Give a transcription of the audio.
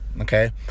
okay